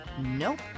Nope